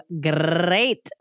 Great